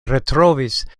retrovis